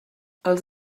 els